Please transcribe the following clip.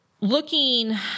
Looking